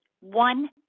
one